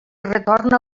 retorna